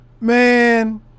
Man